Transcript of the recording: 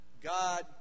God